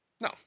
No